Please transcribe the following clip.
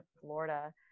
Florida